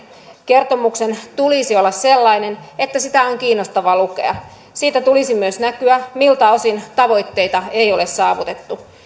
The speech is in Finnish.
kertomuksen tulisi olla sellainen että sitä on kiinnostavaa lukea siitä tulisi myös näkyä miltä osin tavoitteita ei ole saavutettu